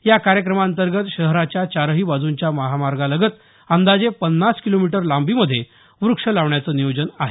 या कार्यक्रमाअंतर्गत शहराच्या चारही बाजूंच्या महामार्गालगत अंदाजे पन्नास किलोमीटर लांबीमध्ये व्रक्ष लावण्याचं नियोजन आहे